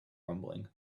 rumbling